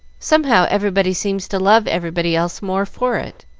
somehow everybody seems to love everybody else more for it,